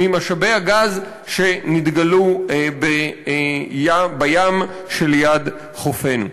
ממשאבי הגז שנתגלו בים שליד חופינו.